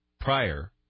prior